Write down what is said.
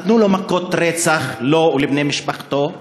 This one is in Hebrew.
נתנו לו מכות רצח, לו ולבני משפחתו.